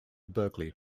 berkeley